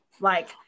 like-